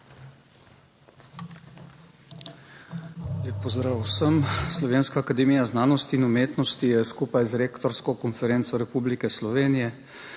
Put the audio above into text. Lep pozdrav vsem. Slovenska akademija znanosti in umetnosti je skupaj z Rektorsko konferenco Republike Slovenije,